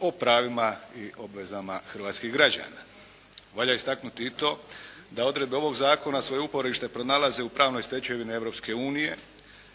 o pravima i obvezama hrvatskih građana. Valja istaknuti i to da odredbe ovog zakona svoje uporište pronalaze u pravnoj stečevini Europske unije,